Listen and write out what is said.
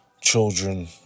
children